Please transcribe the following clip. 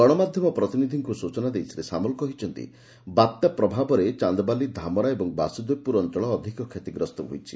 ଗଣମାଧ୍ଧମ ପ୍ରତିନିଧିଙ୍କୁ ସୂଚନା ଦେଇ ଶ୍ରୀ ସାମଲ କହିଛନ୍ତି ବାତ୍ୟା ପ୍ରଭାବରେ ଚାନ୍ଦବାଲି ଧାମରା ଏବଂ ବାସୁଦେବପୁର ଅଞ୍ଚଳ ଅଧିକ ଷତିଗ୍ରସ୍ତ ହୋଇଛି